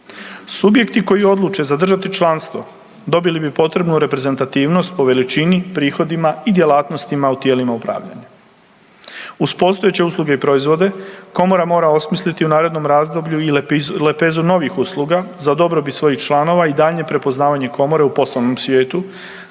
Subjekti koji odluče zadržati članstvo dobili bi potrebnu reprezentativnost po veličini, prihodima i djelatnostima u tijelima upravljanja. Uz postojeće usluge i proizvode komora mora osmisliti u narednom razdoblju i lepezu novih usluga za dobrobit svojih članova i daljnje prepoznavanje komore u poslovnom svijetu